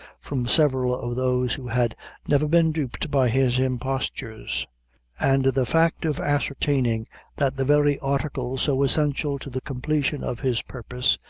from several of those who had never been duped by his impostures and the fact of ascertaining that the very article so essential to the completion of his purpose,